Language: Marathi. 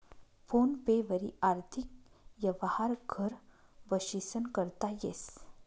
फोन पे वरी आर्थिक यवहार घर बशीसन करता येस